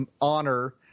honor